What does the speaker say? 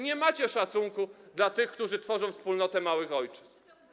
Nie macie szacunku dla tych, którzy tworzą wspólnotę małych ojczyzn.